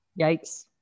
Yikes